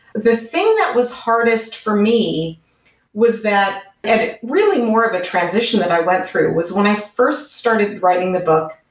the thing that was hardest for me was that that really more of a transition that i went through was when i first started writing the book,